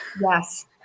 Yes